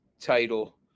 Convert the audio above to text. title